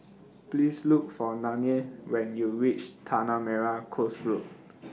Please Look For Nanie when YOU REACH Tanah Merah Coast Road